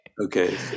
Okay